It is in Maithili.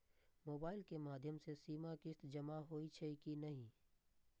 मोबाइल के माध्यम से सीमा किस्त जमा होई छै कि नहिं?